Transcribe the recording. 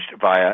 via